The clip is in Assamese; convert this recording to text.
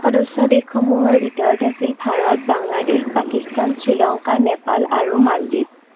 সদস্য দেশসমূহৰ ভিতৰত আছিল ভাৰত বাংলাদেশ পাকিস্তান শ্ৰীলংকা নেপাল আৰু মালদ্বীপ